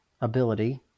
ability